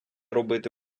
робити